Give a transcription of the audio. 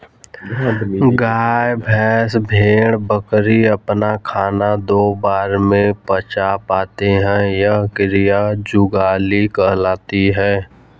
गाय, भैंस, भेड़, बकरी अपना खाना दो बार में पचा पाते हैं यह क्रिया जुगाली कहलाती है